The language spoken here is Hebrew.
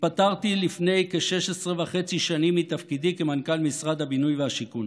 התפטרתי לפני כ-16 שנים וחצי מתפקידי כמנכ"ל משרד הבינוי והשיכון.